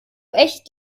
echt